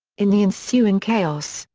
in the ensuing chaos,